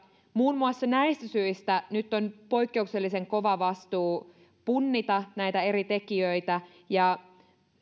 muun muassa näistä syistä nyt on poikkeuksellisen kova vastuu punnita näitä eri tekijöitä ja